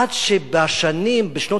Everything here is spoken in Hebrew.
עד שבשנים, בשנות